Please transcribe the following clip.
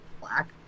black